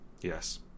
Yes